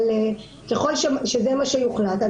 אבל ככל שזה מה שיוחלט,